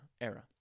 era